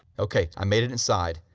okay, i made it inside,